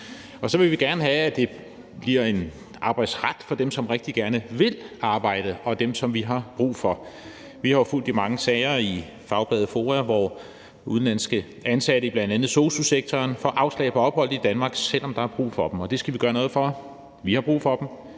Så vil vi gerne have, at der bliver tale om en arbejdsret for dem, som rigtig gerne vil arbejde, og dem, som vi har brug for. Vi har jo i fagbladet FOA fulgt de mange sager om udenlandske ansatte i bl.a. sosu-sektoren, der får afslag på ophold i Danmark, selv om der er brug for dem. Det skal vi gøre noget ved. Vi har brug for dem,